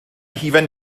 hufen